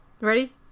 ready